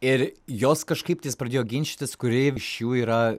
ir jos kažkaip tais pradėjo ginčytis kuri iš jų yra